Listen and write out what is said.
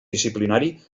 disciplinari